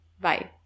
Bye